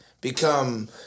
become